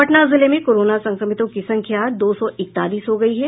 पटना जिले में कोरोना संक्रमितों की संख्या दो सौ इकतालीस हो गयी है